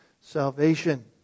salvation